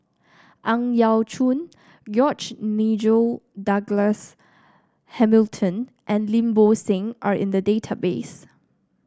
Ang Yau Choon George Nigel Douglas Hamilton and Lim Bo Seng are in the database